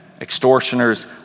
extortioners